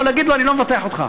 יכול להגיד לו: אני לא מבטח אותך,